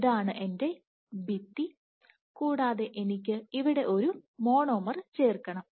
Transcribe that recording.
ഇതാണ് എന്റെ ഭിത്തി കൂടാതെ എനിക്ക് ഇവിടെ ഒരു മോണോമർ ചേർക്കണം